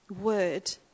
word